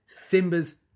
Simba's